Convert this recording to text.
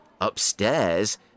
upstairs